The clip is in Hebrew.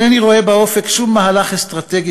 אינני רואה באופק שום מהלך אסטרטגי